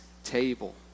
table